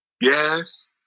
Yes